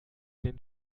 den